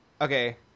okay